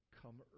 come